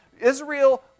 Israel